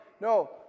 No